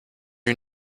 you